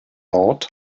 lord